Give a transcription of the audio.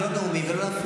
זה לא נאומים, ולא להפריע.